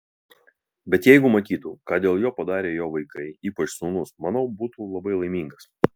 bet jeigu matytų ką dėl jo padarė jo vaikai ypač sūnus manau būtų labai laimingas